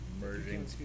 merging